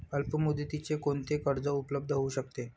अल्पमुदतीचे कोणते कर्ज उपलब्ध होऊ शकते?